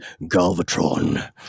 Galvatron